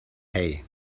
hay